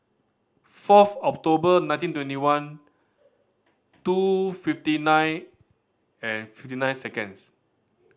fourth October nineteen twenty one two fifty nine and fifty nine seconds